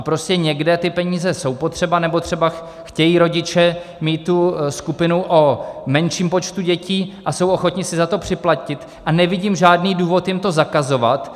Prostě někde ty peníze jsou potřeba, nebo třeba chtějí rodiče mít tu skupinu o menším počtu dětí, jsou ochotni si za to připlatit a nevidím žádný důvod jim to zakazovat.